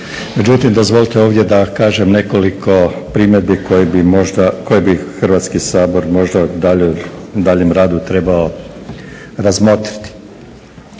Međutim, dozvolite ovdje da kažem nekoliko primjedbi koje bi Hrvatski sabor možda u daljnjem radu trebao razmotriti.